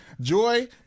Joy